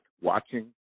watching